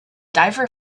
diver